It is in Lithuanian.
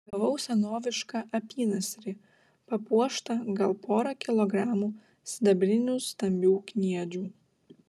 gavau senovišką apynasrį papuoštą gal pora kilogramų sidabrinių stambių kniedžių